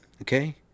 Okay